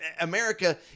America